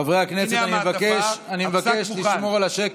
חברי הכנסת, אני מבקש לשמור על השקט.